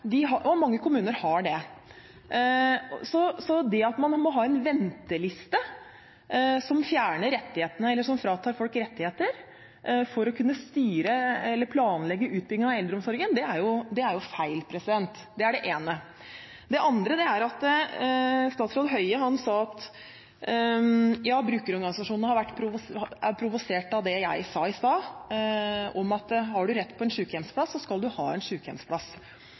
å ha oversikt og statistikk over beboerne sine, og mange kommuner har det. Så det at man må ha en venteliste som fratar folk rettigheter for å kunne planlegge utbyggingen av eldreomsorgen, er feil. Det er det ene. Det andre er at statsråd Høie sa at brukerorganisasjonene er provosert av det jeg sa i stad om at har du rett på en sykehjemsplass, så skal du ha en